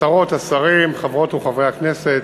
השרות, השרים, חברות וחברי הכנסת,